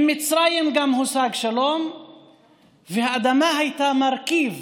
עם מצרים גם הושג שלום והאדמה הייתה מרכיב